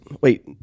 wait